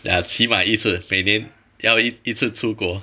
ya 起码一次每年要一一次出国